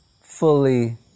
fully